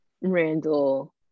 Randall